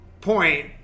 point